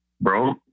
Bro